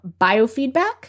biofeedback